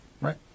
right